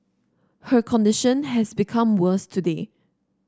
her condition has become worse today